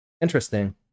interesting